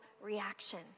reaction